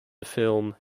film